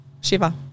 Shiva